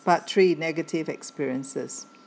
part three negative experiences